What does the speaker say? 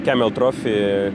kamel trofi